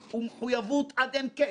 למען הצלחתה של הוועדה.